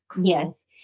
yes